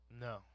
No